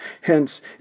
Hence